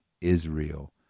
Israel